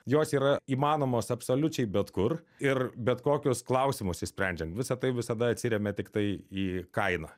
jos yra įmanomos absoliučiai bet kur ir bet kokius klausimus išsprendžiant visa tai visada atsiremia tiktai į kainą